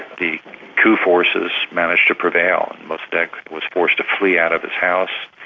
the coup forces managed to prevail. mossadeq was forced to flee out of his house,